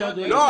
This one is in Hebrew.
לא,